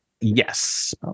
yes